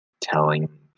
telling